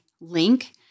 link